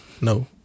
No